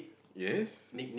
yes